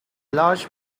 large